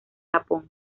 japón